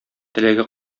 теләге